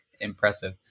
impressive